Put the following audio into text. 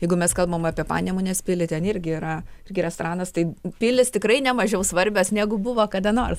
jeigu mes kalbam apie panemunės pilį ten irgi yra irgi restoranas tai pilys tikrai nemažiau svarbios negu buvo kada nors